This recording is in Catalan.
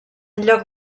lloc